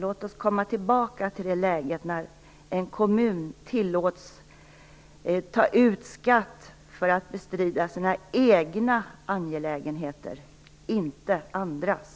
Låt oss komma tillbaka till det läge när en kommun tillåts ta ut skatt för att bestrida sina egna angelägenheter, inte andras.